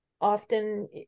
often